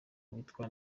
witwa